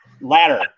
ladder